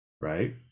right